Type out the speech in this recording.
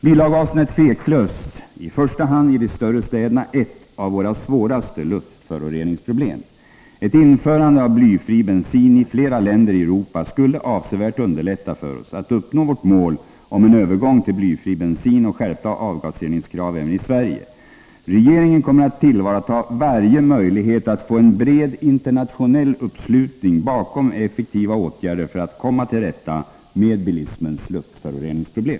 Bilavgaserna är otvivelaktigt, i första hand i de större städerna, ett av våra svåraste luftföroreningsproblem. Ett införande av blyfri bensin i flera länder i Europa skulle avsevärt underlätta för oss att uppnå vårt mål om en övergång till blyfri bensin och skärpta avgasreningskrav även i Sverige. Regeringen kommer att tillvarata varje möjlighet att få en bred internationell uppslutning bakom effektiva åtgärder för att komma till rätta med bilismens luftföroreningsproblem.